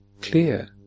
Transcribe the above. clear